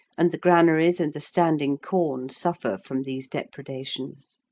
and the granaries and the standing corn suffer from these depredations.